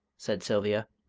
said sylvia,